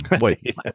Wait